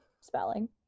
spelling